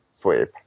sweep